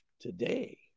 today